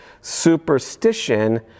superstition